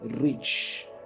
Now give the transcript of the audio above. rich